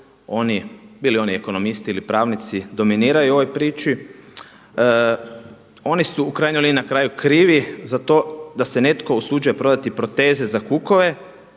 bili oni ekonomisti ili pravnici dominiraju u ovoj priči. Oni su u krajnjoj liniji na kraju krivi za to da se netko usuđuje prodati proteze za kukove